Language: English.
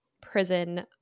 prison